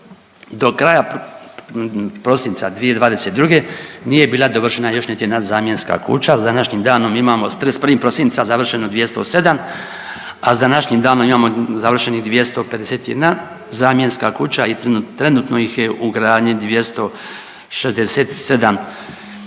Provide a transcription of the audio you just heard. Do kraja prosinca 2022. nije bila dovršena još niti jedna zamjenska kuća, s današnjim danom imamo, s 31. prosinca završeno 207, a s današnjim danom imamo završeni 251 zamjenska kuća i trenutno ih je u gradnji 267